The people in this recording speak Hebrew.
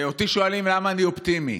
אותי שואלים למה אני אופטימי